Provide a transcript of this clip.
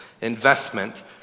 investment